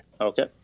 okay